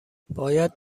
باید